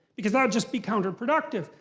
because that'd just be counter-productive.